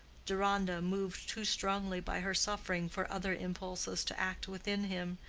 deronda, moved too strongly by her suffering for other impulses to act within him,